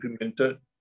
implemented